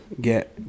get